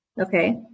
Okay